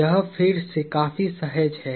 यह फिर से काफी सहज है